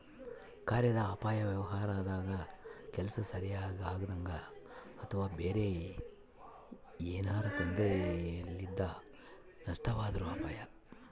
ಕಾರ್ಯಾದ ಅಪಾಯ ವ್ಯವಹಾರದಾಗ ಕೆಲ್ಸ ಸರಿಗಿ ಆಗದಂಗ ಅಥವಾ ಬೇರೆ ಏನಾರಾ ತೊಂದರೆಲಿಂದ ನಷ್ಟವಾದ್ರ ಅಪಾಯ